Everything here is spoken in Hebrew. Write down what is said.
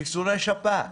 חיסוני שפעת.